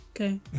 Okay